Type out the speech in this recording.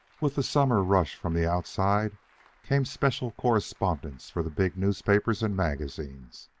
with the summer rush from the outside came special correspondents for the big newspapers and magazines,